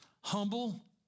humble